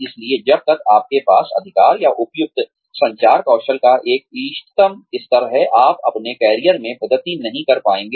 इसलिए जब तक आपके पास अधिकार या उपयुक्त संचार कौशल का एक इष्टतम स्तर है आप अपने करियर में प्रगति नहीं कर पाएंगे